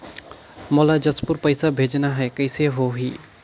मोला जशपुर पइसा भेजना हैं, कइसे होही?